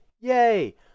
Yay